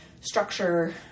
structure